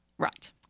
Right